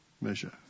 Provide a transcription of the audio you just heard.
measure